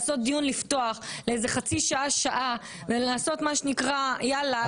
לעשות דיון לפתוח לאיזה חצי שעה-שעה ולעשות מה שנקרא יאללה,